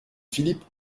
philippe